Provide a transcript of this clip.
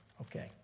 Okay